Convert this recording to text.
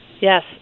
Yes